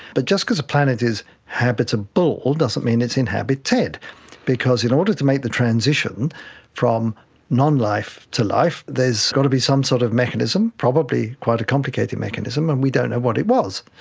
but just because a planet is habitable doesn't mean it's inhabited because in order to make the transition from nonlife to life, there's got to be some sort of mechanism, probably quite a complicated mechanism and we don't know what it was.